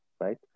right